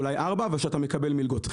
אולי 4. ושאתה מקבל מלגות.